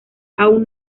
aún